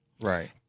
Right